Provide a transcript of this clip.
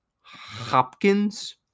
Hopkins